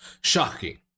Shocking